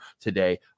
today